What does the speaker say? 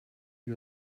you